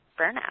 burnout